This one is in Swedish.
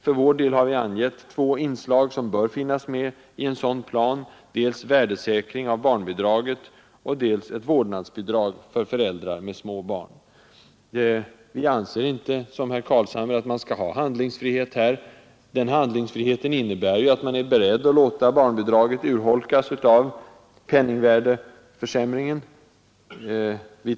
För vår del har vi angett två inslag som bör finnas med i en sådan plan: dels en värdesäkring av barnbidraget, dels ett vårdnadsbidrag för föräldrar med små barn. Vi anser inte som herr Carlshamre att man skall ha handlingsfrihet här. Handlingsfriheten innebär nämligen att man är beredd att låta barnbidraget urholkas av penningvärdeförsämringen.